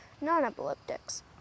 non-epileptics